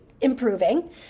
improving